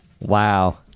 Wow